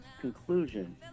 conclusion